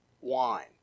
wine